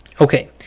Okay